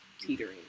teetering